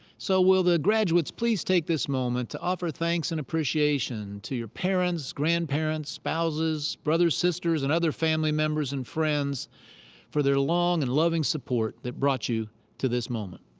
so will the graduates please take this moment to offer thanks and appreciation to your parents, grandparents, spouses, brothers, sisters, and other family members and friends for their long and loving support that brought you to this moment?